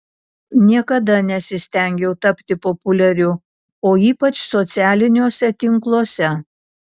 niekada nesistengiau tapti populiariu o ypač socialiniuose tinkluose